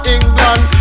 England